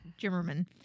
Jimmerman